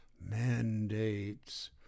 mandates